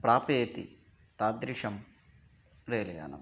प्रापयति तादृशं रेलयानम्